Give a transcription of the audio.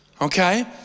okay